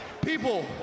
People